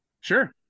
sure